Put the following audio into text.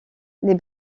les